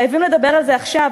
חייבים לדבר על זה עכשיו,